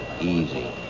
Easy